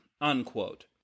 unquote